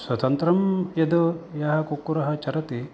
स्वतन्त्रं यद् यः कुक्कुरः चरति